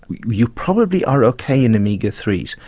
you probably are ok in omega three s.